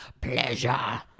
pleasure